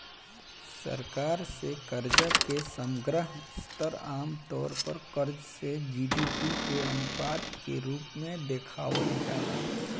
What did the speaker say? सरकार से कर्जा के समग्र स्तर आमतौर पर कर्ज से जी.डी.पी के अनुपात के रूप में देखावल जाला